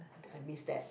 I miss that